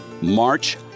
March